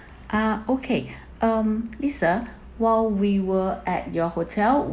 ah okay um lisa while we were at your hotel